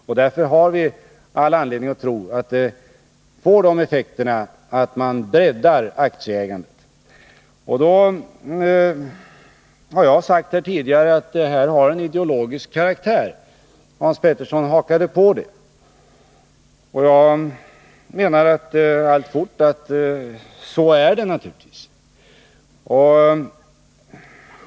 Vi har därför all anledning att tro att förslaget skall få effekten att vi breddar aktieägandet. Jag har tidigare sagt att förslaget har en ideologisk karaktär. Hans Petersson hakade på det uttalandet. Jag vidhåller naturligtvis att det är så.